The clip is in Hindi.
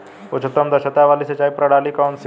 उच्चतम दक्षता वाली सिंचाई प्रणाली कौन सी है?